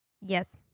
Yes